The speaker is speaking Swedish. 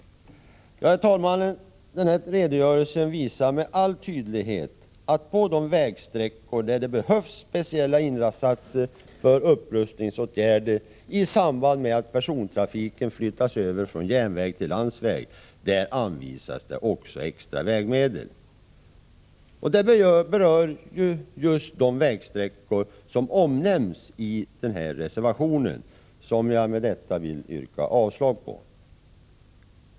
Herr talman! Den här redogörelsen visar med all tydlighet att man anvisar extra vägmedel till de vägsträckor där det behövs speciella insatser för upprustningsåtgärder i samband med att persontrafiken flyttas över från järnväg till landsväg. Detta berör just de vägsträckor som omnämns i denna reservation, vilken jag härmed yrkar avslag på.